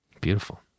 Beautiful